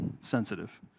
sensitive